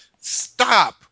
stop